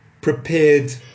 prepared